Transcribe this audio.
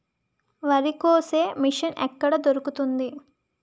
వరి కోసే మిషన్ ఎక్కడ దొరుకుతుంది?